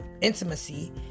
intimacy